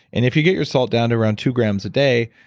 and if you get your salt down to around two grams a day,